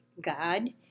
God